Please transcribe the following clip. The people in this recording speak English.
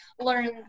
learn